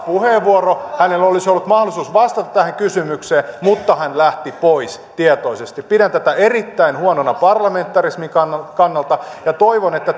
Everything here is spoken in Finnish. puheenvuoro hänellä olisi ollut mahdollisuus vastata tähän kysymykseen mutta hän lähti pois tietoisesti pidän tätä erittäin huonona parlamentarismin kannalta ja toivon että